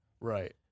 Right